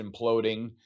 imploding